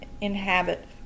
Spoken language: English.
inhabit